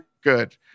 Good